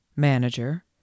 manager